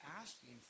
asking